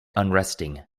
unresting